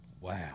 wow